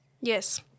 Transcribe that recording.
Yes